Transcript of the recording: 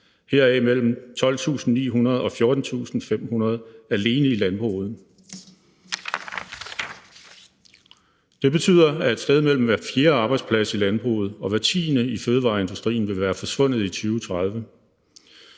heraf mellem 12.900 og 14.500 alene i landbruget. Det betyder, at op til hver fjerde arbejdsplads i landsbruget og hver tiende arbejdsplads i fødevareindustrien vil være forsvundet i 2030.